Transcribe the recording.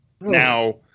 Now